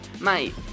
Mate